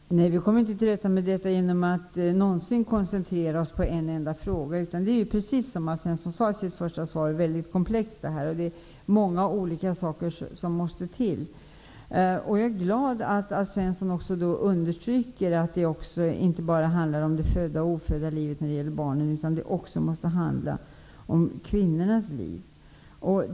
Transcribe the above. Fru talman! Nej, vi kommer inte till rätta med detta någonsin genom att koncentrera oss på en enda fråga. Det här är, precis som Alf Svensson sade i sitt första svar, mycket komplext. Det är många olika saker som måste till. Jag är glad att Alf Svensson också understryker att det inte bara handlar om det födda och ofödda livet när det gäller barnen, utan att det också måste handla om kvinnornas liv.